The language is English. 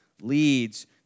leads